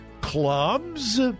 clubs